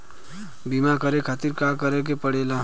बीमा करे खातिर का करे के पड़ेला?